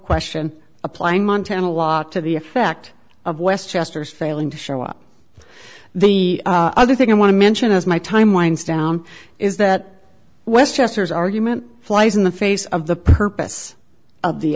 question apply in montana a lot to the effect of west chester is failing to show up the other thing i want to mention as my time winds down is that westchester is argument flies in the face of the purpose of the